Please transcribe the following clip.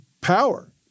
power